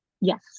Yes